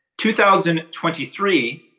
2023